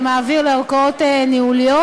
ומעביר לערכאות ניהוליות,